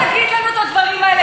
אתה לא תגיד לנו את הדברים האלה,